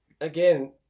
again